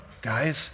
Guys